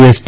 ST